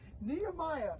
nehemiah